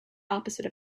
opposite